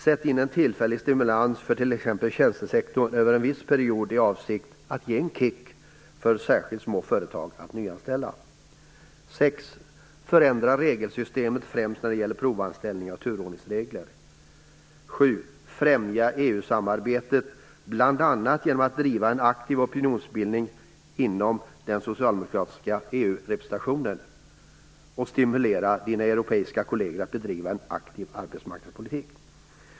Sätt in en tillfällig stimulans för t.ex. tjänstesektorn över en viss period i avsikt att ge en kick särskilt för små företag att nyanställa. 6. Förändra regelsystemet främst när det gäller provanställning och turordningsregler. 7. Främja EU-samarbetet bl.a. genom att driva en aktiv opinionsbildning inom den socialdemokratiska EU-representationen. Stimulera de europeiska kollegerna att bedriva en aktiv arbetsmarknadspolitik.